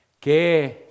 Que